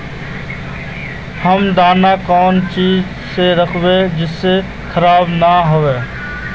हम दाना कौन चीज में राखबे जिससे खराब नय होते?